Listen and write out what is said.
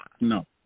no